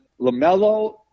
Lamelo